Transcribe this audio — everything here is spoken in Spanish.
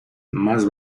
más